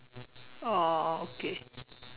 oh oh okay